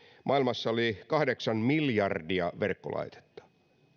maailmassa oli kahdeksan miljardia verkkolaitetta